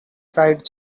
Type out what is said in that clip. cried